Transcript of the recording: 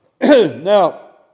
Now